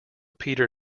peter